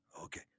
okay